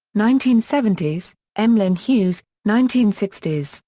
nineteen seventy s emlyn hughes, nineteen sixty s,